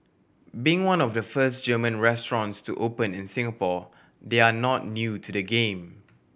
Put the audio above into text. being one of the first German restaurants to open in Singapore they are not new to the game